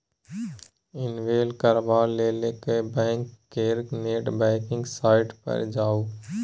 enable करबा लेल bank केर नेट बैंकिंग साइट पर जाउ